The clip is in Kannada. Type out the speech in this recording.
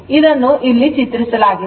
ಆದ್ದರಿಂದ ಇದನ್ನು ಇಲ್ಲಿ ಚಿತ್ರಿಸಲಾಗಿದೆ